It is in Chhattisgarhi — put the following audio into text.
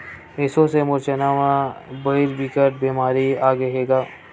एसो से मोर चना म भइर बिकट बेमारी आगे हे गा